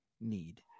need